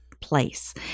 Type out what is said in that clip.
place